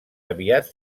aviat